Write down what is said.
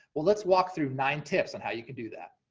well, let's walk through nine tips on how you can do that.